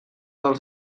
dels